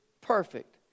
perfect